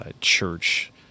church